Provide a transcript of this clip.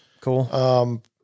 Cool